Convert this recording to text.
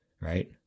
Right